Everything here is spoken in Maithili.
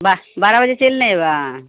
बाह बारह बजे चलि ने एबय